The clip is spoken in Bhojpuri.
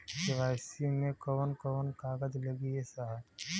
के.वाइ.सी मे कवन कवन कागज लगी ए साहब?